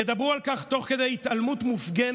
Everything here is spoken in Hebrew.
ידברו על כך תוך כדי התעלמות מופגנת